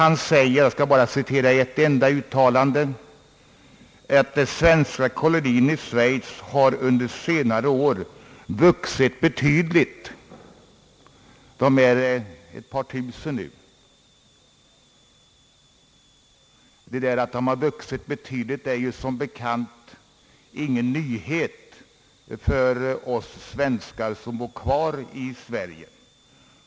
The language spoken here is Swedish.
Han säger — jag skall bara citera ett enda uttalande — att den svenska kolonin i Schweiz har under senare år vuxit betydligt och är nu uppe i ett par tusen medlemmar, Att den har vuxit betydligt är som bekant ingen nyhet för oss svenskar som bor kvar i Sverige.